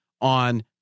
on